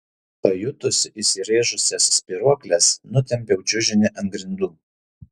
pajutusi įsirėžusias spyruokles nutempiu čiužinį ant grindų